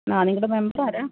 ആ നിങ്ങളുടെ മെമ്പറാരാണ്